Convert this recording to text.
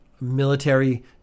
military